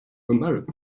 american